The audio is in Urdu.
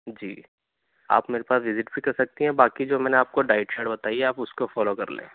جی آپ میرے پاس وزٹ بھی کرسکتی ہیں باقی جو میں نے آپ كو ڈائٹ چارٹ بتائی ہے اُس كو فالو كرلیں